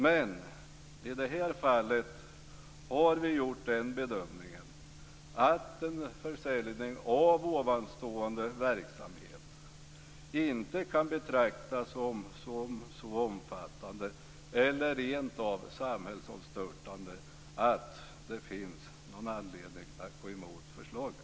Men i det här fallet har vi gjort den bedömningen att en försäljning av tidigare nämnda verksamhet inte kan betraktas som så omfattande eller rentav samhällsomstörtande att det finns någon anledning att gå emot förslaget.